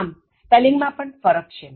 આમ સ્પેલિંગ માં પણ ફરક છે